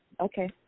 Okay